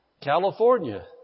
California